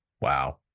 Wow